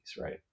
Right